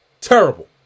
Terrible